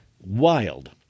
wild